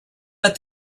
but